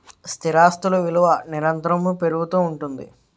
స్థిరాస్తులు విలువ నిరంతరము పెరుగుతూ ఉంటుంది